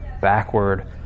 backward